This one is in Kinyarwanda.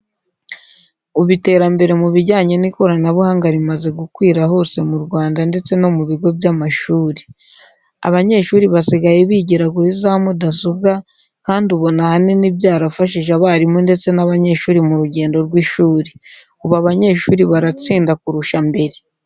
Ubu iterambere mu bijyanye n'ikoranabuhanga rimaze gukwira hose mu Rwanda ndetse no mu bigo by'amashuri. Abanyeshuri basigaye bigira kuri za mudasobwa kandi ubona ahanini byarafashije abarimu ndetse n'abanyeshuri mu rugendo rw'ishuri. Ubu abanyeshuri baratsinda kurusha mbere.